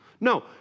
No